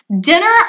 dinner